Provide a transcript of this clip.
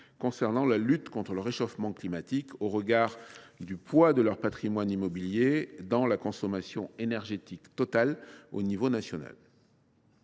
forte dans la lutte contre le réchauffement climatique au regard du poids de leur patrimoine immobilier dans la consommation énergétique totale au niveau national.